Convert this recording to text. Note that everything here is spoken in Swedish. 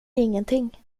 ingenting